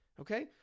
Okay